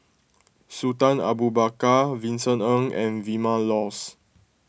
Sultan Abu Bakar Vincent Ng and Vilma Laus